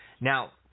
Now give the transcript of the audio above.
Now